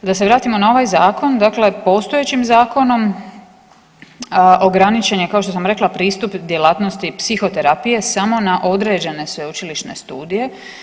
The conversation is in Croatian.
Da se vratimo na ovaj zakon, dakle postojećim zakonom ograničen je kao što sam rekla pristup djelatnosti psihoterapije samo na određene sveučilišne studije.